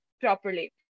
properly